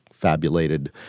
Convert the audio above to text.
fabulated